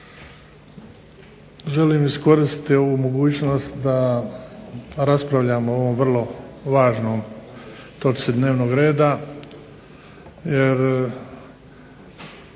želim iskoristiti ovu mogućnost da raspravljamo o ovoj vrlo važnoj točci dnevnog reda jer